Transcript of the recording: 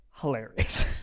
hilarious